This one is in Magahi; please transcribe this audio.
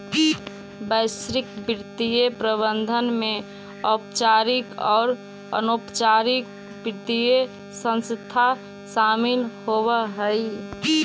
वैश्विक वित्तीय प्रबंधन में औपचारिक आउ अनौपचारिक वित्तीय संस्थान शामिल होवऽ हई